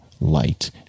light